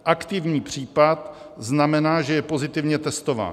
Aktivní případ znamená, že je pozitivně testován.